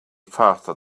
faster